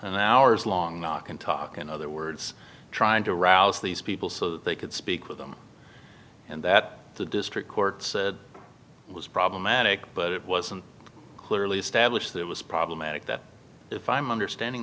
an hours long knock and talk in other words trying to rouse these people so that they could speak with them and that the district court said it was problematic but it wasn't clearly established that it was problematic that if i'm understanding